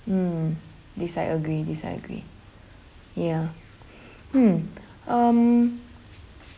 mm this I agree this I agree ya hmm um